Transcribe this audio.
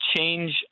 change